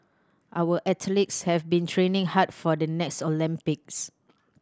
our have been training hard for the next Olympics